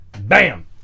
Bam